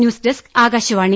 news desk Akashvani